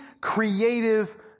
creative